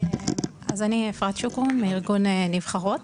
אפרת שוקרון מארגון "נבחרות".